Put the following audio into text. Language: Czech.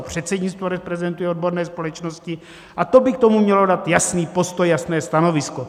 Předsednictvo reprezentuje odborné společnosti a to by k tomu mělo dát jasný postoj, jasné stanovisko.